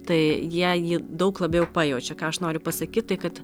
tai jie jį daug labiau pajaučia ką aš noriu pasakyt tai kad